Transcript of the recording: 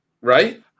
right